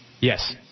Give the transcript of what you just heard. Yes